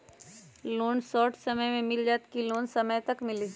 Loan short समय मे मिल जाएत कि लोन समय तक मिली?